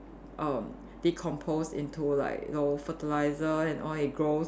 erm decompose into like know fertiliser and all it grows